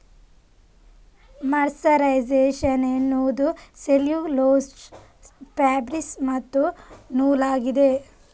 mercerisation ಎನ್ನುವುದು cellulose fabric ಮತ್ತು ನೂಲಾಗಿದೆ